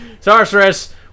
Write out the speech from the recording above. Sorceress